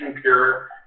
pure